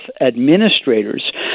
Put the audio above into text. administrators